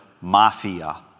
mafia